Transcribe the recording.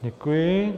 Děkuji.